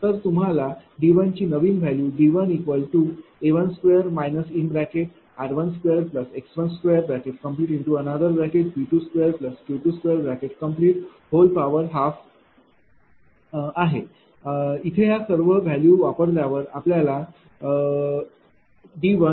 तर तुम्हाला D ची नवीन व्हॅल्यू D1A21 r21x2P22Q2212 0